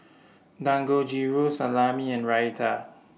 Dangojiru Salami and Raita